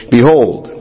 Behold